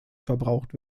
verbraucht